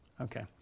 Okay